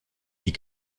die